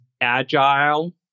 agile